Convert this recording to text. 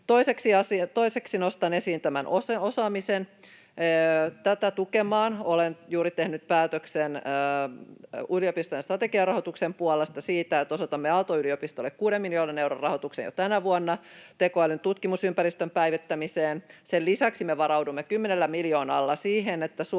Toiseksi nostan esiin tämän osaamisen. Tätä tukemaan olen juuri tehnyt päätöksen yliopistojen strategiarahoituksen puolesta siitä, että osoitamme Aalto-yliopistolle kuuden miljoonan euron rahoituksen jo tänä vuonna tekoälyn tutkimusympäristön päivittämiseen. Sen lisäksi me varaudumme kymmenellä miljoonalla siihen, että Suomeen